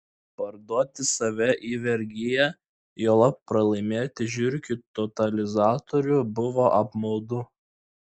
parduoti save į vergiją juolab pralaimėti žiurkių totalizatorių buvo apmaudu